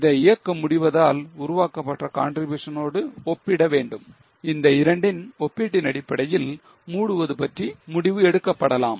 இதை இயக்க முடிவதால் உருவாக்கப்பட்ட contribution னோடு ஒப்பிட வேண்டும் இந்த இரண்டின் ஒப்பீட்டின் அடிப்படையில் மூடுவது பற்றிய முடிவு எடுக்கப்படலாம்